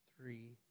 three